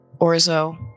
Orzo